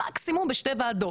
מקסימום בשתי ועדות,